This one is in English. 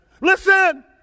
Listen